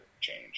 change